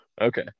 Okay